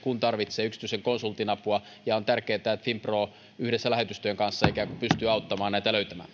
kun tarvitsee yksityisen konsultin apua ja on tärkeätä että finpro yhdessä lähetystöjen kanssa ikään kuin pystyy auttamaan näitä löytämään